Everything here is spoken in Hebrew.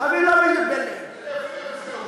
זה אפס מאופס.